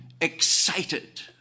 excited